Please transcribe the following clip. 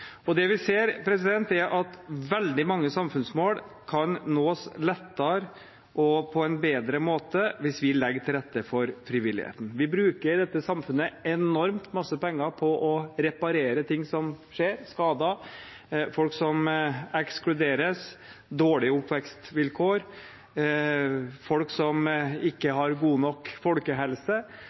Det vi ser, er at veldig mange samfunnsmål kan nås lettere og på en bedre måte hvis vi legger til rette for frivilligheten. Vi bruker i dette samfunnet enormt masse penger på å reparere ting som skjer, skader, folk som ekskluderes, dårlige oppvekstvilkår, folk som ikke har god nok folkehelse.